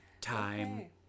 Time